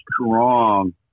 strong